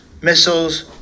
missiles